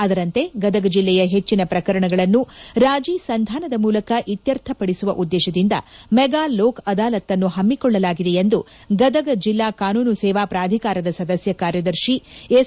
ಅದರಂತೆ ಗದಗ ಜಿಲ್ಲೆಯ ಪೆಚ್ಚಿನ ಪ್ರಕರಣಗಳನ್ನು ರಾಜೀ ಸಂಧಾನದ ಮೂಲಕ ಇತ್ಯರ್ಥಪಡಿಸುವ ಉದ್ದೇಶದಿಂದ ಮೆಗಾ ಲೋಕ ಅದಾಲತ್ನ್ನು ಪಮ್ಮಿಕೊಳ್ಳಲಾಗಿದೆ ಎಂದು ಗದಗ ಜಿಲ್ಲಾ ಕಾನೂನು ಸೇವಾ ಪ್ರಾಧಿಕಾರದ ಸದಸ್ಯ ಕಾರ್ಯದರ್ಶಿ ಎಸ್